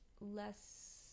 less